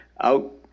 out